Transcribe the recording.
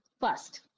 first